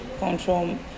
control